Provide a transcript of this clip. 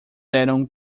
eram